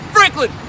Franklin